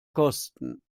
kosten